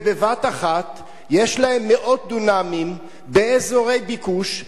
ובבת אחת יש להם מאות דונמים באזורי ביקוש,